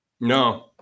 No